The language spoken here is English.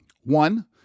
One